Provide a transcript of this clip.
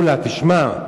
מולה, תשמע.